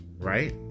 Right